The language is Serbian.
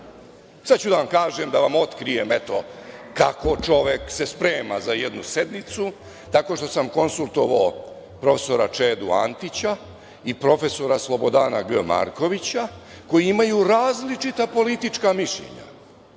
sada ću da vam kažem, da vam otkrije eto, kako čovek se sprema za jednu sednicu, tako što sam konsultovao prof. Čedu Antića i profesora Slobodana Markovića, koji imaju različita politička mišljenja.